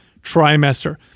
trimester